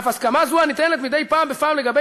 אף הסכמה זו הניתנת מדי פעם בפעם לגבי